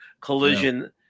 collision